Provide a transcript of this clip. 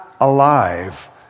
alive